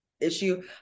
issue